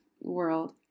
world